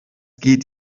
geht